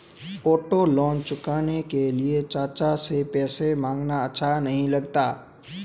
auto loan चुकाने के लिए चाचा से पैसे मांगना अच्छा नही लगता